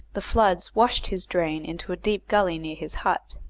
the floods washed his drain into a deep gully near his hut,